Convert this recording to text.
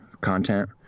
content